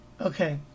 Okay